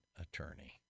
attorney